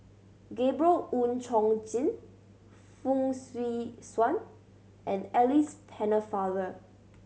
Gabriel Oon Chong Jin Fong Swee Suan and Alice Pennefather